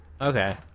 Okay